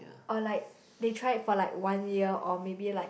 or like they try it for like one year or maybe like